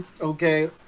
okay